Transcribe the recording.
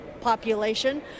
population